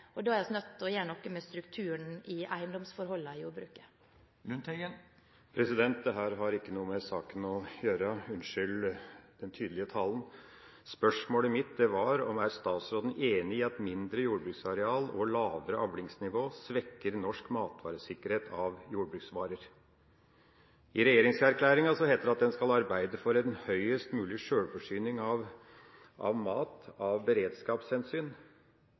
Da er vi nødt til å gjøre noe med strukturen i eiendomsforholdene i jordbruket. Dette har ikke noe med saken å gjøre – unnskyld den tydelige talen. Spørsmålet mitt var: Er statsråden enig i at mindre jordbruksareal og lavere avlingsnivå svekker norsk matvaresikkerhet av jordbruksvarer? I regjeringsplattformen heter det at en skal «arbeide for en høyest mulig selvforsyning av mat av beredskapshensyn»